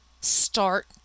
start